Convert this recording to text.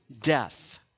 death